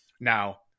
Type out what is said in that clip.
Now